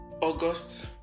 August